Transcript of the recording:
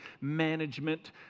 management